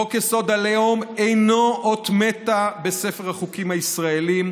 חוק-יסוד: הלאום אינו אות מתה בספר החוקים הישראלי,